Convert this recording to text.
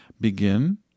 begin